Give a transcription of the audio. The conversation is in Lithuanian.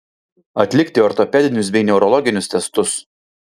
atlikti ortopedinius bei neurologinius testus